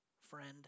friend